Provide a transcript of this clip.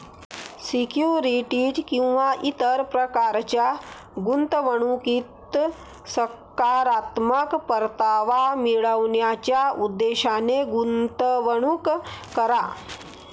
securities किंवा इतर प्रकारच्या गुंतवणुकीत सकारात्मक परतावा मिळवण्याच्या उद्देशाने गुंतवणूक करा